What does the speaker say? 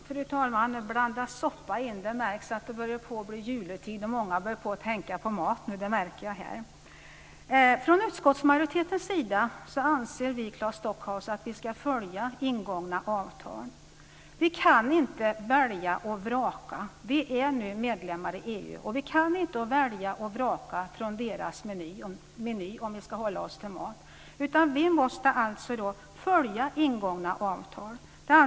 Fru talman! Nu blandas soppa in här. Det märks att det börjar bli jultid då många börjar tänka på mat. Vi i utskottsmajoriteten anser, Claes Stockhaus, att ingångna avtal ska följas. Vi kan inte välja och vraka. Sverige är nu medlem i EU. Vi kan inte välja och vraka från deras meny, om vi nu ska hålla oss till maten, utan vi måste följa ingångna avtal.